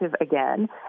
again